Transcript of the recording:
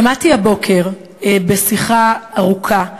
שמעתי הבוקר, בשיחה ארוכה,